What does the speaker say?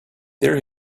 there